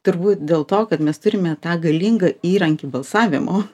turbūt dėl to kad mes turime tą galingą įrankį balsavimo